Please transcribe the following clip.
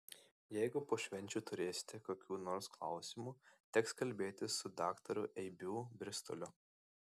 jeigu po švenčių turėsite kokių nors klausimų teks kalbėtis su daktaru eibių bristoliu